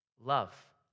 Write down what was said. Love